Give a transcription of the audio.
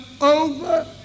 over